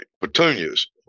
petunias